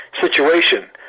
situation